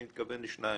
אני מתכוון לשניים,